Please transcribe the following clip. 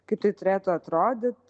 kaip tai turėtų atrodyt